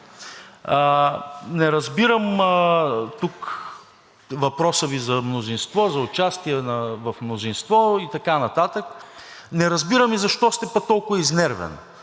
Не разбирам тук въпроса Ви за мнозинство, за участие в мнозинство и така нататък, не разбирам и защо пък сте толкова изнервен.